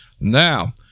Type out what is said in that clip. now